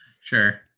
sure